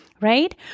right